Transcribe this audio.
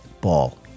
Ball